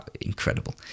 Incredible